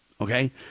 Okay